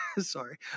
sorry